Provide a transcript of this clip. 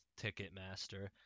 Ticketmaster